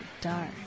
Dark